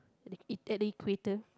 at the equator